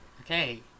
Okay